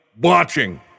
watching